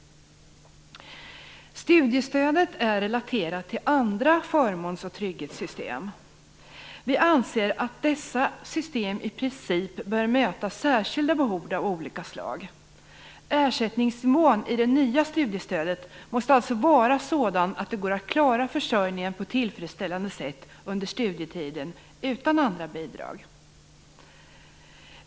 Studiestödet är relaterat till andra förmåns och trygghetssystem. Vi anser att dessa system i princip bör möta särskilda behov av olika slag. Ersättningsnivån i det nya studiestödet måste alltså vara sådan att det går att klara försörjningen på ett tillfredsställande sätt under studietiden utan andra bidrag.